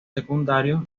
secundarios